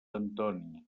antoni